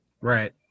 Right